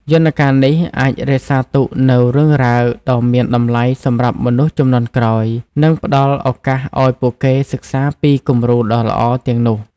យន្តការនេះអាចរក្សាទុកនូវរឿងរ៉ាវដ៏មានតម្លៃសម្រាប់មនុស្សជំនាន់ក្រោយ និងផ្តល់ឱកាសឲ្យពួកគេសិក្សាពីគំរូដ៏ល្អទាំងនោះ។